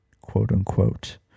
quote-unquote